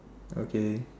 okay